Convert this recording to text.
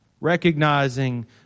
Recognizing